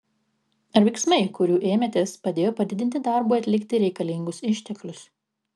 ar veiksmai kurių ėmėtės padėjo padidinti darbui atlikti reikalingus išteklius